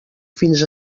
fins